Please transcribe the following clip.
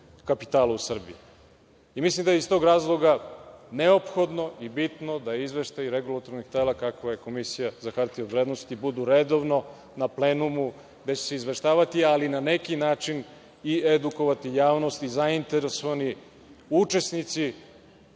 kapitala u Srbiji. Mislim da je iz tog razloga neophodno i bitno da izveštaj regulatornog tela kakvo je Komisija za hartije od vrednosti budu redovno na plenumu, gde će se izveštavati, ali na neki način i edukovati javnost i zainteresovani učesnici